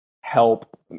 help